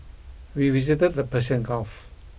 we visited the Persian Gulf